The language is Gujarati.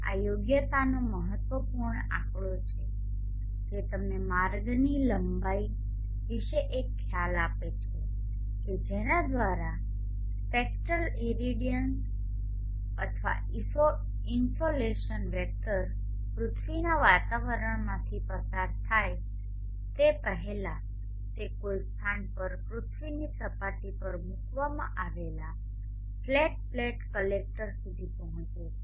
આ યોગ્યતાનો મહત્વપૂર્ણ આંકડો છે જે તમને માર્ગની લંબાઈ વિશે એક ખ્યાલ આપે છે કે જેના દ્વારા સ્પેક્ટ્રલ ઇરેડિયન્સ અથવા ઇન્સોલેશન વેક્ટર પૃથ્વીના વાતાવરણમાંથી પસાર થાય તે પહેલાં તે કોઈ સ્થાન પર પૃથ્વીની સપાટી પર મૂકવામાં આવેલા ફ્લેટ પ્લેટ કલેક્ટર સુધી પહોંચે છે